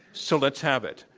so let's have it.